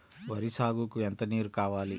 వరి సాగుకు ఎంత నీరు కావాలి?